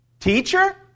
Teacher